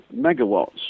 megawatts